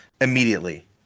immediately